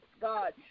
God